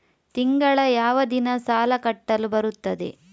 ತಿಂಗಳ ಯಾವ ದಿನ ಸಾಲ ಕಟ್ಟಲು ಬರುತ್ತದೆ?